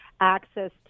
access